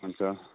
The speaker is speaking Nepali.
हुन्छ